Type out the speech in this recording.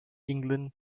england